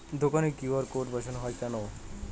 দোকানে QR code বসানো হয় কেন?